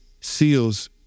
seals